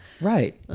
Right